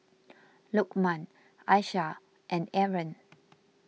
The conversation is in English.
Lokman Aisyah and Aaron